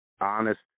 honest